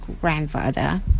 grandfather